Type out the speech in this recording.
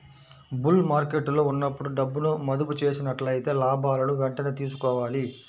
bull మార్కెట్టులో ఉన్నప్పుడు డబ్బును మదుపు చేసినట్లయితే లాభాలను వెంటనే తీసుకోవాలి